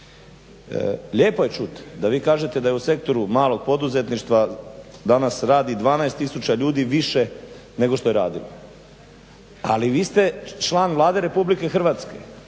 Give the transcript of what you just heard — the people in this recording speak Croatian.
Lijepo je čuti da vi kažete da je u sektoru malog poduzetništva danas radi 12 tisuća ljudi više nego što je radilo. Ali vi ste član Vlade RH i bilo